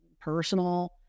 personal